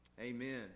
amen